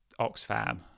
Oxfam